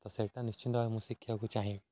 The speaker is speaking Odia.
ତ ସେଇଟା ନିଶ୍ଚିନ୍ତ ଭାବେ ମୁଁ ଶିଖିବାକୁ ଚାହିଁବି